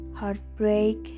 heartbreak